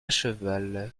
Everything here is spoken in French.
cheval